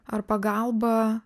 ar pagalba